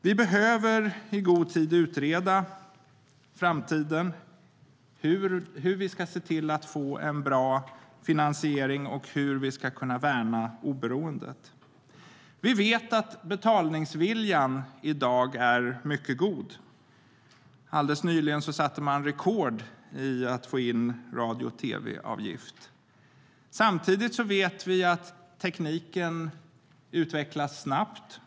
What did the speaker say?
Vi behöver i god tid utreda hur vi i framtiden ska se till att få en bra finansiering och hur vi ska kunna värna oberoendet. Vi vet att betalningsviljan i dag är mycket god. Alldeles nyligen satte man rekord i att få in radio och tv-avgifter. Samtidigt vet vi att tekniken utvecklas snabbt.